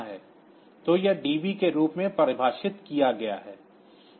तो यह डीबी के रूप में परिभाषित किया गया है